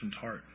heart